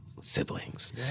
siblings